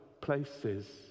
places